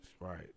Right